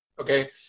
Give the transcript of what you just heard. Okay